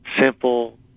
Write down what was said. simple